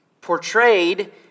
portrayed